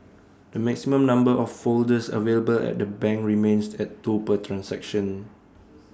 the maximum number of folders available at the banks remains at two per transaction